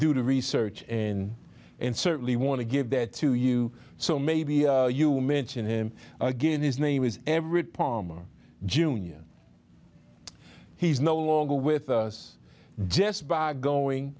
do the research in and certainly want to give that to you so maybe you mention him again his name is everett palmer junior he's no longer with us just by going